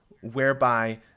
whereby